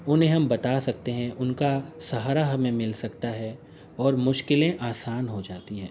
انہیں ہم بتا سکتے ہیں ان کا سہارا ہمیں مل سکتا ہے اور مشکلیں آسان ہو جاتی ہیں